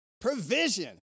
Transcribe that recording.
Provision